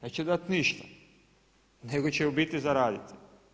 Neće dati ništa, nego će u biti zaraditi.